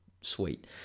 sweet